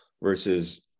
versus